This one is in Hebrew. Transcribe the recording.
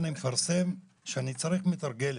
מפרסם שאני צריך מתרגלת.